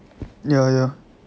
ya ya